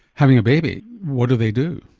having a baby. what do they do?